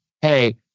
Hey